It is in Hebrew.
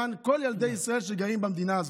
למען כל ילדי ישראל שגרים במדינה הזאת.